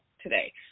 today